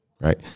Right